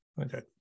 okay